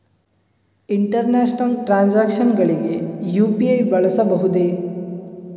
International transactions ಗಳಿಗೆ UPI ಬಳಸಬಹುದೇ?